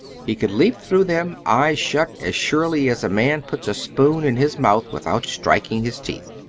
he could leap through them, eyes shut, as surely as a man puts a spoon in his mouth without striking his teeth.